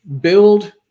build